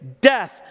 death